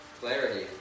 clarity